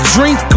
Drink